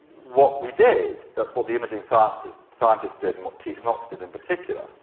what we did, that's what the imaging scientists scientists did and what keith knox did in particular,